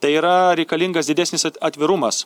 tai yra reikalingas didesnis atvirumas